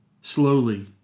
Slowly